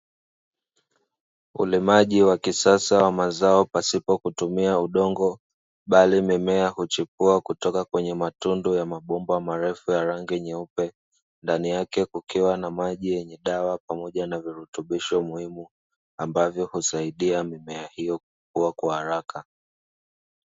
Ulimaji wa kisasa wa mazao pasipo kutumia udongo, bali mimea huchukua kutoka kwenye matundu ya mabomba marefu ya rangi nyeupe, ndani yake kukiwa na maji yenye dawa pamoja na virutubisho muhimu ambavyo husaidia mimea hiyo kukua kwa haraka.